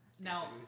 Now